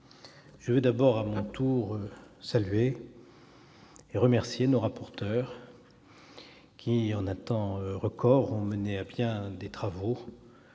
je veux à mon tour saluer et remercier nos rapporteurs qui, en un temps record, ont mené à bien des travaux